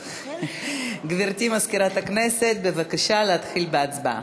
גברתי מזכירת הכנסת, בבקשה להתחיל בהצבעה.